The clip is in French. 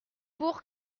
pour